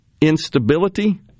instability